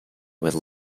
with